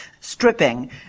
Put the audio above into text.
stripping